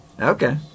Okay